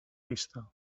vista